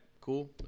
cool